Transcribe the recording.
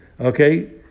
Okay